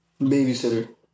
babysitter